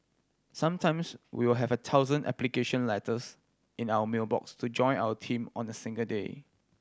sometimes we will have a thousand application letters in our mail box to join our team on a single day